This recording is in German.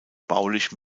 baulich